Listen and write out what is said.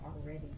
already